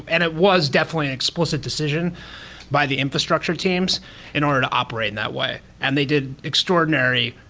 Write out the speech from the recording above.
and it was definitely an explicit decision by the infrastructure teams in order to operate in that way, and they did extraordinary,